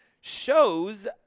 shows